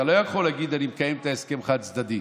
אתה לא יכול להגיד: אני מקיים את ההסכם חד-צדדית,